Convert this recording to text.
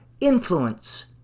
influence